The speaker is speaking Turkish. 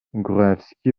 gruevski